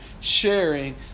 sharing